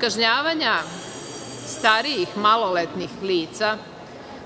kažnjavanja starijih maloletnih lica